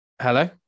Hello